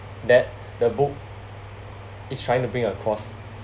that the book is trying to bring across